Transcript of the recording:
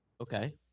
okay